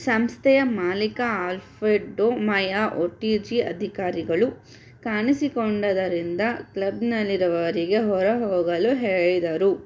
ಸಂಸ್ಥೆಯ ಮಾಲೀಕ ಆಲ್ಫೆಡ್ಡೊ ಮಯಾ ಒ ಟಿ ಜಿ ಅಧಿಕಾರಿಗಳು ಕಾಣಿಸಿಕೊಂಡಿದ್ದರಿಂದ ಕ್ಲಬ್ನಲ್ಲಿರುವವರಿಗೆ ಹೊರಹೋಗಲು ಹೇಳಿದರು